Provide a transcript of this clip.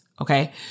Okay